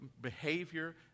behavior